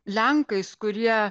lenkais kurie